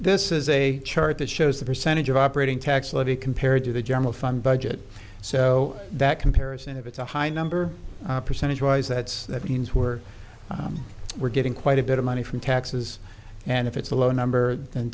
this is a chart that shows the percentage of operating tax levy compared to the general fund budget so that comparison if it's a high number percentage wise that's that means we're we're getting quite a bit of money from taxes and if it's a low number